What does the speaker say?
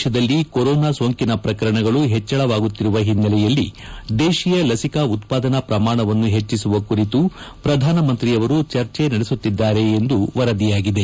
ದೇಶದಲ್ಲಿ ಕೊರೋನಾ ಸೋಂಕಿನ ಪ್ರಕರಣಗಳು ಪೆಚ್ಚುಕ್ತಿರುವ ಹಿನ್ನೆಲೆಯಲ್ಲಿ ದೇಶೀಯ ಲಸಿಕಾ ಉತ್ಪಾದನಾ ಪ್ರಮಾಣವನ್ನು ಪೆಚ್ಚಿಸುವ ಕುರಿತು ಪ್ರಧಾನಮಂತ್ರಿಯವರು ಚರ್ಚೆ ನಡೆಸುತ್ತಿದ್ದಾರೆ ಎಂದು ವರದಿಯಾಗಿದೆ